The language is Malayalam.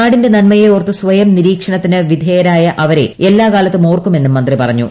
നാടിന്റെ നന്മയെ ഓർത്ത് സ്വയം നിരീക്ഷണത്തിന് വിധേയമായ അവരെ എല്ലാ കാലത്തും ഓർക്കുമെന്നും മന്ത്രി പറഞ്ഞു